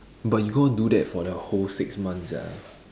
but he go do that for the whole six months sia